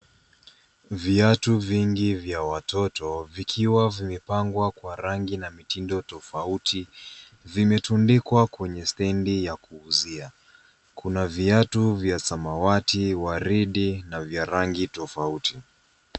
Viatu vingi vya watoto vikiwa vimepangwa kwa rangi na mitindo tofauti vimetundikwa kwenye stendi ya kuuzia. Kuna viatu vya samawati, waridi na vya rangi tofauti.